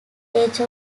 age